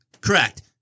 Correct